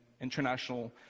international